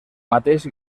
mateix